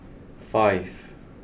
five